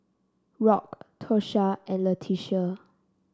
Rock Tosha and Leticia